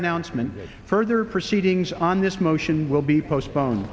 announcement of further proceedings on this motion will be postpone